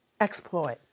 exploit